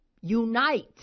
unite